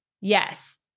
Yes